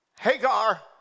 Hagar